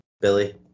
Billy